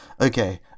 Okay